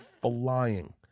flying